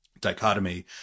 dichotomy